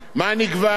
לא נגבה.